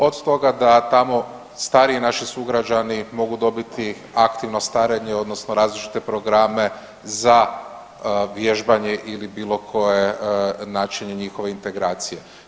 Od toga da tamo stariji naši sugrađani mogu dobiti aktivno starenje, odnosno različite programe za vježbanje ili bilo koje načine njihove integracije.